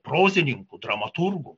prozininkų dramaturgų